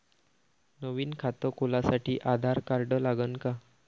नवीन खात खोलासाठी आधार कार्ड लागन का?